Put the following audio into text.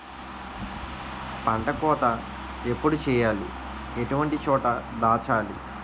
పంట కోత ఎప్పుడు చేయాలి? ఎటువంటి చోట దాచాలి?